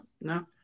no